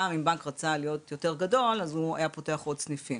פעם אם בנק רצה להיות יותר גדול אז הוא היה פותח עוד סניפים,